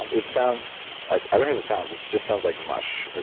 um it sounds. i don't hear the sounds. it just sounds like mush.